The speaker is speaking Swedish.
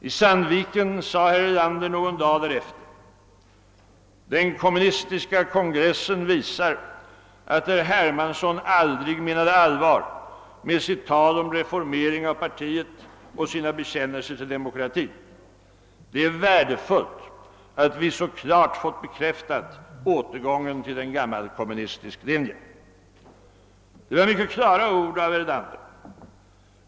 I Sandviken sade herr Erlander någon dag därefter: »Den kommunistiska kongressen visar att herr Hermansson aldrig menade allvar med sitt tal om reformering av partiet och sina bekännelser till demokratin. Det är värdefullt att vi så klart fått bekräftat återgången till en gammalkommunistisk linje». Det var mycket klara ord av herr Erlander.